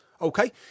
Okay